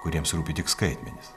kuriems rūpi tik skaitmenys